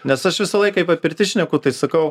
nes aš visąlaik kaip a pirtis šneku tai sakau